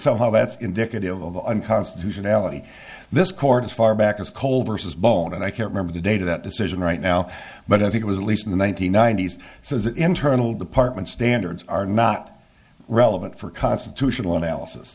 somehow that's indicative of unconstitutionality this court as far back as coal versus bone and i can't remember the data that decision right now but i think it was at least in the one nine hundred ninety s so that internal department standards are not relevant for constitutional analysis